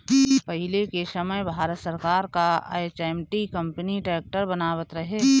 पहिले के समय भारत सरकार कअ एच.एम.टी कंपनी ट्रैक्टर बनावत रहे